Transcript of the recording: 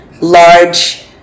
large